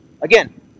Again